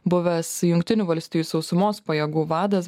buvęs jungtinių valstijų sausumos pajėgų vadas